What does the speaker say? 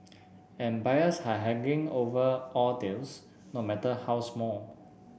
and buyers are haggling over all deals no matter how small